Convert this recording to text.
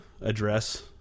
address